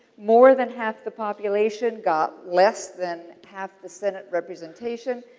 more than half the population got less than half the senate representation.